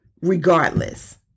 regardless